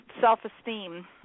self-esteem